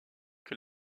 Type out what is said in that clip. que